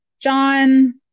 John